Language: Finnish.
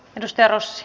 kiitoksia